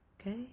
Okay